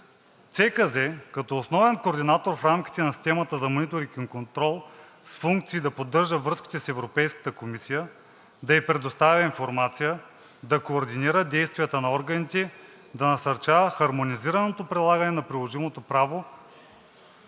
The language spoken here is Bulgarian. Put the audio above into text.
ЦКЗ като основен координатор в рамките на Системата за мониторинг и контрол е с функции да поддържа връзките с Европейската комисия, да ѝ предоставя информация, да координира действията на органите, да насърчава хармонизираното прилагане на приложимото право,